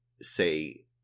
say